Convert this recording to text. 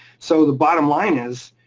so the bottom line is,